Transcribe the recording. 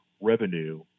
revenue